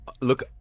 Look